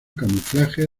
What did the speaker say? camuflaje